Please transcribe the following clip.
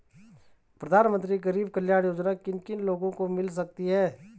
प्रधानमंत्री गरीब कल्याण योजना किन किन लोगों को मिल सकती है?